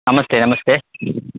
ನಮಸ್ತೆ ನಮಸ್ತೆ